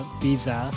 visa